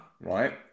right